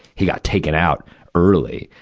he got taken out early.